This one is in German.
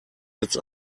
jetzt